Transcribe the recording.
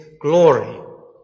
glory